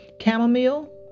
chamomile